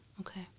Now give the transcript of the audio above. Okay